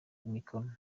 imikono